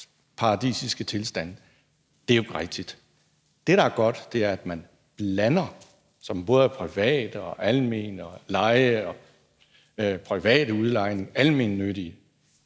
paradisiske tilstande, er jo ikke rigtigt. Det, der er godt, er, at man blander det, så det både er private og almene – privat udlejning og det almennyttige.